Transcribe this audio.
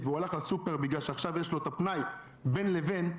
והוא הלך לסופר בגלל שעכשיו יש לו פנאי בין לבין,